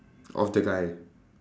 of the guy